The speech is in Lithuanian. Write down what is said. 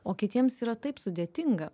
o kitiems yra taip sudėtinga